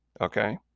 Okay